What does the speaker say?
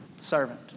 servant